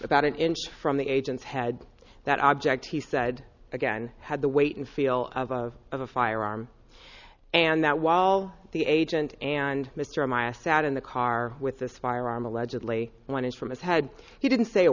about an inch from the agents had that object he said again had the weight and feel of a firearm and that while the agent and mr o'mara sat in the car with this firearm allegedly wanted from his head he didn't say a